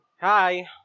Hi